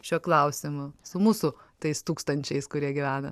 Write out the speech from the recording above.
šiuo klausimu su mūsų tais tūkstančiais kurie gyvena